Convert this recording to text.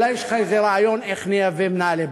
אולי יש לך איזה רעיון איך לייבא מנהלי בנקים?